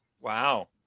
wow